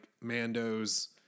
Mando's